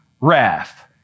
wrath